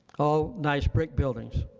all nice brick buildings.